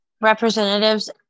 representatives